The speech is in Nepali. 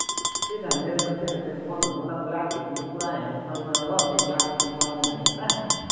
त्यही त मेरो त त्यो फोनहरू मतलब ग्लासहरू पनि पुरा ह्याङ चल्छ हो त्यो ग्लासहरू पनि बनाऊँ भनेको त